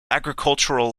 agricultural